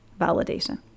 validation